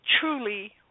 truly